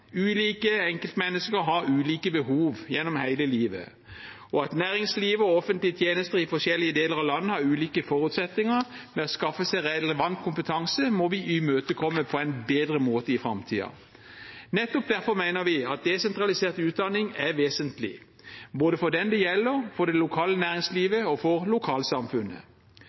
Ulike enkeltmennesker har ulike behov, gjennom hele livet. At næringslivet og offentlige tjenester i forskjellige deler av landet har ulike forutsetninger for å skaffe seg relevant kompetanse, må vi imøtekomme på en bedre måte i framtiden. Nettopp derfor mener vi at desentralisert utdanning er vesentlig, både for den det gjelder, for det lokale næringslivet og for lokalsamfunnet.